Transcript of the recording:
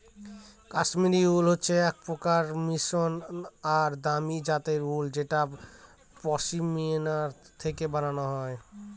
Kashmiri wool হচ্ছে এক প্রকার মসৃন আর দামি জাতের উল যেটা পশমিনা থেকে বানানো হয়